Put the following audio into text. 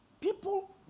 people